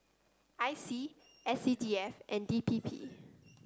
I C S C D F and D P P